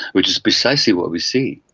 which is precisely what we see.